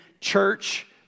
church